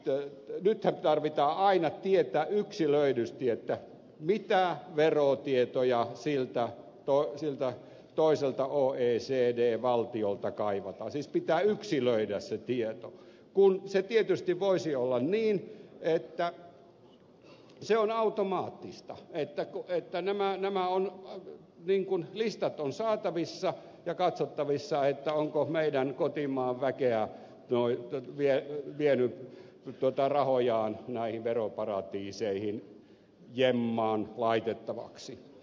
nythän tarvitsee aina tietää yksilöidysti mitä verotietoja siltä toiselta oecd valtiolta kaivataan siis pitää yksilöidä se tieto kun se tietysti voisi olla niin että se on automaattista että kun käytännönoin tämä on nyt viikon listat ovat saatavissa ja on katsottavissa onko meidän kotimaan väki vienyt rahojaan näihin veroparatiiseihin jemmaan laitettavaksi